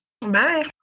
Bye